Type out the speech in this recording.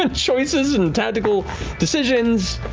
ah choices and tactical decisions,